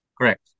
correct